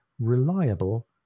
reliable